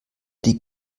die